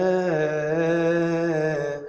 a